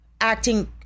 acting